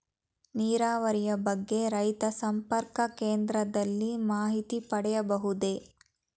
ನೀರಾವರಿಯ ಬಗ್ಗೆ ರೈತ ಸಂಪರ್ಕ ಕೇಂದ್ರದಲ್ಲಿ ಮಾಹಿತಿ ಪಡೆಯಬಹುದೇ?